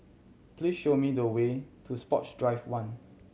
please show me the way to Sports Drive One